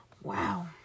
Wow